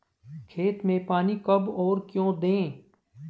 खेत में पानी कब और क्यों दें?